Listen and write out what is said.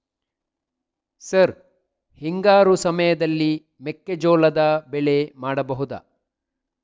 Sir ಹಿಂಗಾರು ಸಮಯದಲ್ಲಿ ಮೆಕ್ಕೆಜೋಳದ ಬೆಳೆ ಮಾಡಬಹುದಾ?